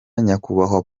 nyakubahwa